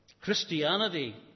Christianity